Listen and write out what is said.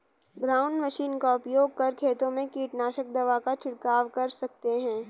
ground machine का उपयोग कर खेतों में कीटनाशक दवा का झिड़काव कर सकते है